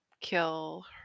kill